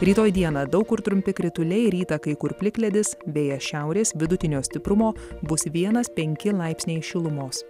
rytoj dieną daug kur trumpi krituliai rytą kai kur plikledis beje šiaurės vidutinio stiprumo bus vienas penki laipsniai šilumos